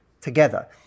together